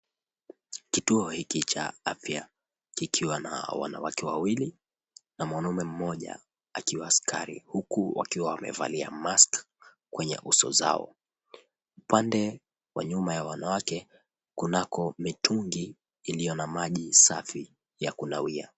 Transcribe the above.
Kituo hiki cha afya kikiwa na wanawake wawili na mwanamume mmoja akiwa askari huku wakiwa wamevalia mask kwenye uso zao. Pande wa nyuma ya wanawake, kunako mitungi iliyo na maji safi ya kunawia.